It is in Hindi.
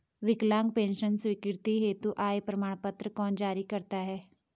विकलांग पेंशन स्वीकृति हेतु आय प्रमाण पत्र कौन जारी करता है?